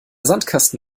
sandkasten